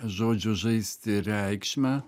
žodžio žaisti reikšmę